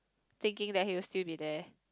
thinking that he will still be there